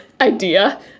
idea